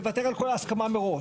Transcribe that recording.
תוותר על כל ההסכמה מראש.